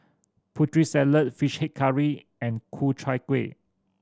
Putri Salad Fish Head Curry and Ku Chai Kuih